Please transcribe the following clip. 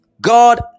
God